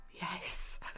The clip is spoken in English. Yes